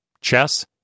chess